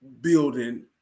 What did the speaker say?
building